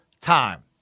time